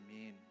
amen